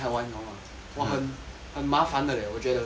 我很很麻烦的 leh 我觉得